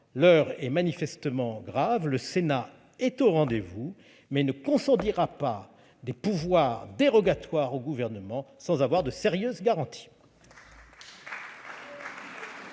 L'heure est manifestement grave. Le Sénat est au rendez-vous, mais ne consentira pas à accorder des pouvoirs dérogatoires au Gouvernement sans de sérieuses garanties.